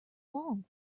wall